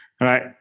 right